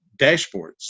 dashboards